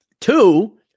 Two